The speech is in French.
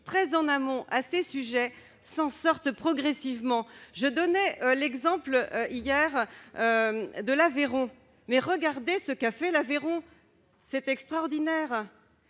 très en amont à ces sujets s'en sortent progressivement. Je donnais hier l'exemple de l'Aveyron : regardez ce qu'a fait ce département, c'est extraordinaire